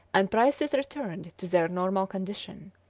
and prices returned to their normal condition.